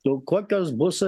tu kokios bus